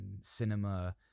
cinema